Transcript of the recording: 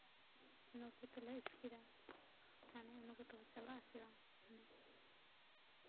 ᱚᱱᱟ ᱠᱚᱛᱮᱞᱮ ᱤᱥᱠᱤᱨᱟ ᱢᱟᱱᱮ ᱚᱱᱟ ᱠᱚᱛᱮ ᱦᱚᱸ ᱪᱟᱵᱟᱜ ᱟᱥᱮ ᱵᱟᱝ ᱢᱟᱱᱮ